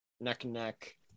neck-and-neck